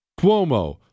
Cuomo